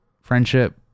friendship